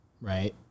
Right